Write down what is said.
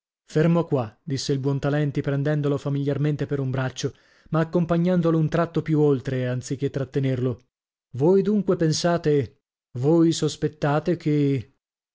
fermo qua disse il buontalenti prendendolo famigliarmente per un braccio ma accompagnandolo un tratto più oltre anzi che trattenerlo voi dunque pensate voi sospettate che